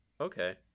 Okay